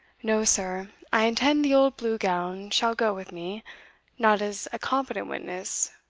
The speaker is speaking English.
no, sir, i intend the old blue-gown shall go with me not as a competent witness,